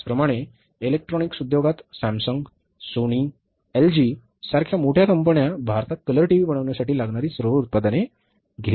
त्याचप्रमाणे इलेक्ट्रॉनिक्स उद्योगात Samsung Sony LG सारख्या मोठ्या कंपन्या भारतात कलर टीव्ही बनवण्यासाठी लागणारी सर्व उत्पादने घेत नाहीत